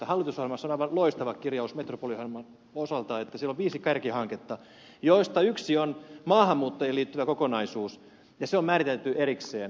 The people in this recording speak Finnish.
hallitusohjelmassa on aivan loistava kirjaus metropoliohjelman osalta että siellä viisi kärkihanketta joista yksi on maahanmuuttajiin liittyvä kokonaisuus ja se on määritelty erikseen